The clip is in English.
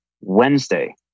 Wednesday